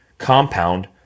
compound